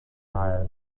hired